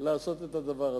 לעשות את הדבר הזה.